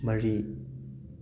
ꯃꯔꯤ